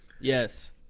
yes